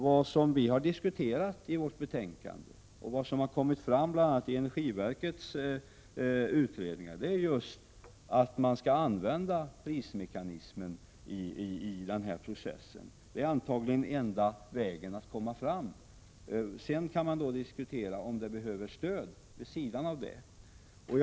Vad som har diskuterats i vårt betänkande och vad som har kommit fram i bl.a. energiverkets utredningar är just att man skall använda prismekanismen i denna process. Det är antagligen den enda vägen att komma fram. Sedan kan man diskutera om det behövs stöd vid sidan av detta.